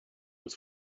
was